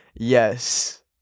Yes